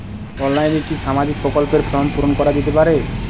অনলাইনে কি সামাজিক প্রকল্পর ফর্ম পূর্ন করা যেতে পারে?